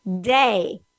day